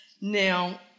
Now